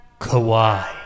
Kawhi